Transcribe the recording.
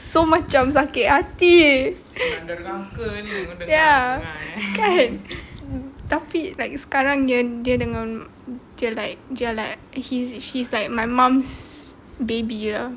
so macam sakit hati ya kan tapi like sekarang dia dengan dia like he he's like my mum's baby ah